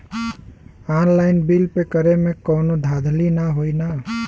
Online bill pay करे में कौनो धांधली ना होई ना?